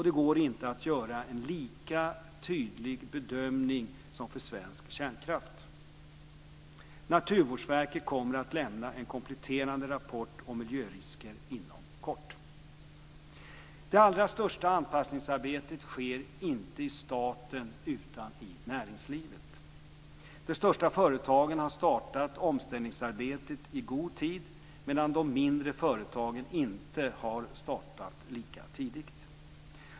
Det går inte att göra en lika tydlig bedömning som för svensk kärnkraft. Naturvårdsverket kommer att lämna en kompletterande rapport om miljörisker inom kort. Det allra största anpassningsarbetet sker inte i staten utan i näringslivet. De största företagen har startat omställningsarbetet i god tid, medan de mindre företagen inte har startat lika tidigt.